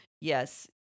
Yes